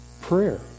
prayer